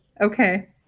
Okay